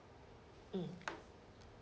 mm